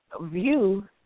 view